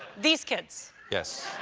these kids. yeah